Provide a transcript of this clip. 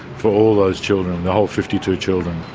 for all those children, the whole fifty two children.